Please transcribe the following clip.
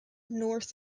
north